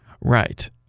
right